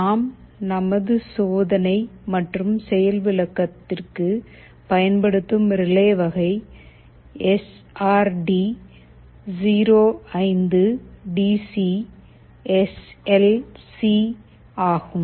நாம் நமது சோதனை மற்றும் செயல் விளக்கத்திற்கு பயன்படுத்தும் ரிலே வகை எஸ் ஆர் டி 05டிசி எஸ்எல் சி ஆகும்